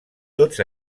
tots